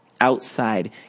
outside